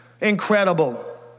incredible